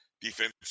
defensive